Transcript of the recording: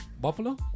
Buffalo